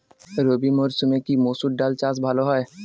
রবি মরসুমে কি মসুর ডাল চাষ ভালো হয়?